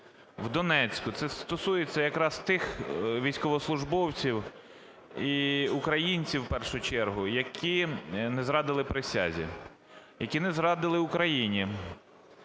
в Донецьку – це стосується якраз тих військовослужбовців і українців, в першу чергу, які не зрадили присязі, які не зрадили Україні.